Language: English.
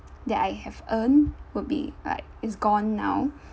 that I have earned would be like is gone now